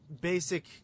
basic